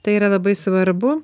tai yra labai svarbu